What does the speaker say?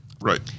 Right